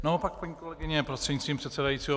Naopak, paní kolegyně prostřednictvím předsedajícího.